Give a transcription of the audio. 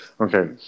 okay